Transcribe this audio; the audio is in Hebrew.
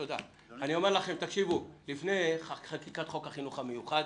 לפני חקיקת החינוך המיוחד